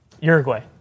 Uruguay